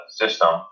system